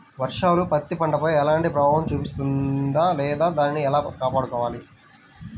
వర్షాలు పత్తి పంటపై ఎలాంటి ప్రభావం చూపిస్తుంద లేదా దానిని ఎలా కాపాడుకోవాలి?